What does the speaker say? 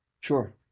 Sure